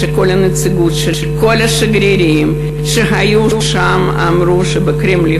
שכל הנציגות של כל השגרירים שהיו שם אמרו שבקרמלין